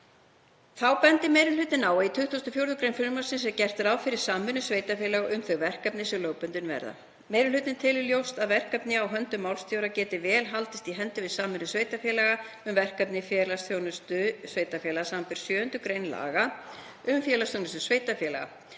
Þá bendir meiri hlutinn á að í 24. gr. frumvarpsins er gert ráð fyrir samvinnu sveitarfélaga um þau verkefni sem lögbundin verða. Meiri hlutinn telur ljóst að verkefni á höndum málstjóra geti vel haldist í hendur við samvinnu sveitarfélaga um verkefni félagsþjónustu sveitarfélaga, samanber 7. gr. laga um félagsþjónustu sveitarfélaga,